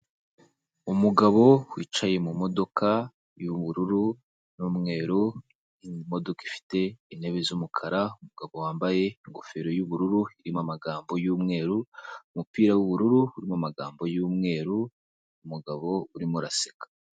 Umugabo wicaye mu modoka y'ubururu n'umweru, imodoka ifite intebe z'umukara, umugabo wambaye ingofero y'ubururu irimo amagambo y'umweru, umupira w'ubururu mu magambo y'umweru, umugabo urimo uraseka.